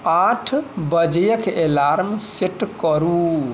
आठ बजेक alarm set करू